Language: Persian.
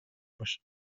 باشن